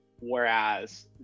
Whereas